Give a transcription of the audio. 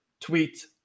tweet